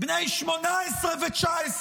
בני 18 ו-19.